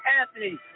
Anthony